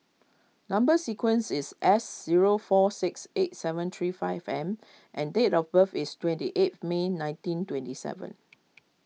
Number Sequence is S zero four six eight seven three five M and date of birth is twenty eighth May nineteen twenty seven